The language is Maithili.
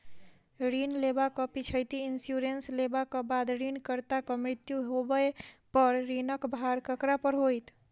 ऋण लेबाक पिछैती इन्सुरेंस लेबाक बाद ऋणकर्ताक मृत्यु होबय पर ऋणक भार ककरा पर होइत?